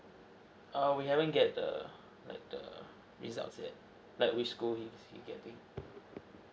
err we haven't get the like the result yet like which school is he getting